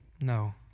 No